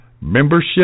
Membership